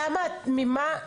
אני לא הבנתי ממה נפשך,